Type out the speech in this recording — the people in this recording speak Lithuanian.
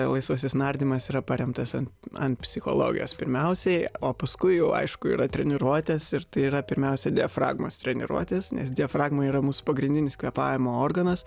laisvasis nardymas yra paremtas ant ant psichologijos pirmiausiai o paskui jau aišku yra treniruotės ir tai yra pirmiausia diafragmos treniruotės nes diafragma yra mūsų pagrindinis kvėpavimo organas